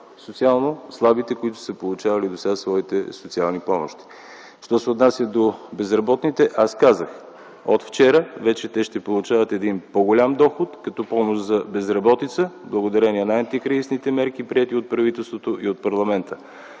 социално слабите, които са получавали досега своите социални помощи. Що се отнася до безработните, аз казах – от вчера вече те ще получават един по-голям доход като помощ за безработица, благодарение на антикризисните мерки, приети от правителството и от парламента.